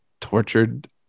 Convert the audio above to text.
tortured